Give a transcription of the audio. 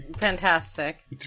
fantastic